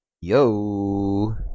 Yo